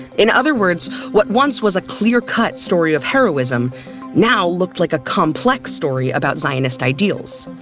in other words what once was a clear cut story of heroism now looked like a complex story about zionism ideals.